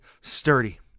sturdy